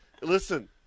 listen